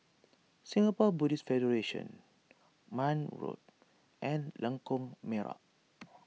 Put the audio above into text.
Singapore Buddhist Federation Marne Road and Lengkok Merak